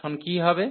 এখন কি হবে